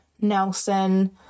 Nelson